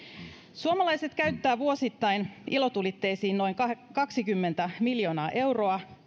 suomalaiset käyttävät vuosittain ilotulitteisiin noin kaksikymmentä miljoonaa euroa